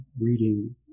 reading